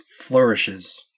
flourishes